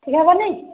ଠିକ୍ ହେବନି